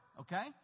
okay